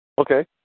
Okay